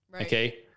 okay